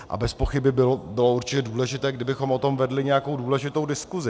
A bezpochyby by bylo určitě důležité, kdybychom o tom vedli nějakou důležitou diskusi.